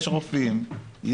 יש רופאים,